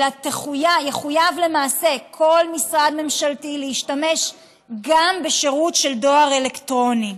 אלא יחויב למעשה כל משרד ממשלתי להשתמש גם בשירות של דואר אלקטרוני.